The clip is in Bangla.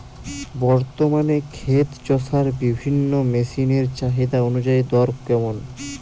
বর্তমানে ক্ষেত চষার বিভিন্ন মেশিন এর চাহিদা অনুযায়ী দর কেমন?